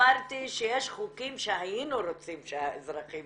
אמרתי שיש חוקים שהיינו רוצים שהאזרחים